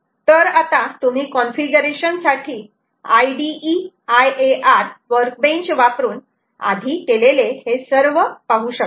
तरआता तुम्ही कॉन्फिगरेशन साठी IDE IAR वर्कबेंच वापरून आधी केलेले हे सर्व पाहू शकतात